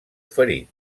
ferit